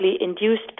induced